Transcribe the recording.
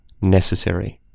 necessary